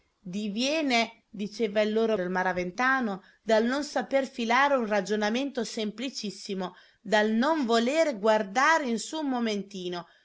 diviene diceva loro il maraventano dal non sapere filare un ragionamento semplicissimo dal non volere guardare in su un momentino